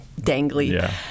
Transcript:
dangly